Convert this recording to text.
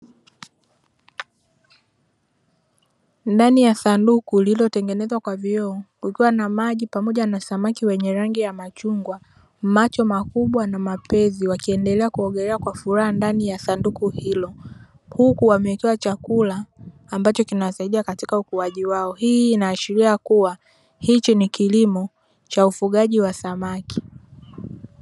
Ndani ya sanduku lililotengenezwa kwa vioo, kukiwa na maji pamoja na samaki wenye rangi ya machungwa, macho makubwa na mapezi wakiendelea kuogelea kwa furaha ndani ya sanduku hilo. Huku wamewekewa chakula, ambacho kinasaidia katika ukuaji wao. Hii inaashiria kuwa hichi ni kilimo, cha ufugaji wa samaki.